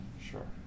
sure